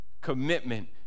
commitment